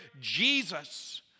Jesus